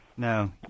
No